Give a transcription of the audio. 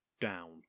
down